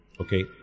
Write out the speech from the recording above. Okay